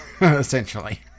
essentially